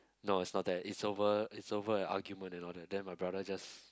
no it's not that it's over it's over an argument and all that then my brother just